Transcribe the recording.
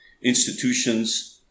institutions